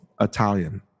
italian